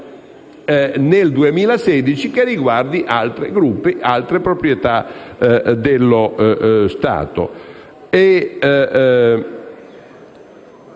analogo, che riguardano altri gruppi e altre proprietà dello Stato.